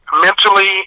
mentally